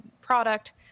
product